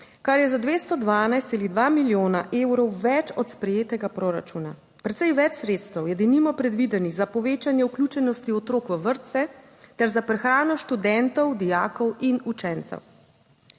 kar je za 212,2 milijona evrov več od sprejetega proračuna. Precej več sredstev je denimo predvidenih za povečanje vključenosti otrok v vrtce ter za prehrano študentov, dijakov in učencev.